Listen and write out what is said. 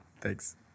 thanks